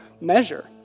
measure